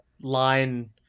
line